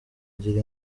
gira